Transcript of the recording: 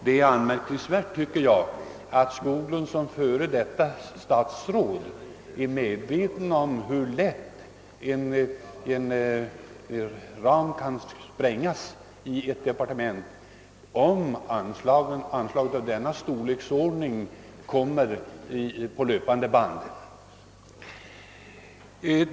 Det bör påpekas att herr Skoglund i egenskap av före detta statsråd är medveten om hur lätt en ram kan sprängas för ett departement, om anslag av denna storleksordning beviljas på löpande band.